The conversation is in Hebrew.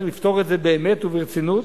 צריך לפתור את זה באמת וברצינות,